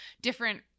different